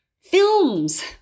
films